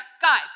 guys